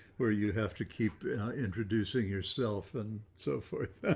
where you have to keep introducing yourself and so forth.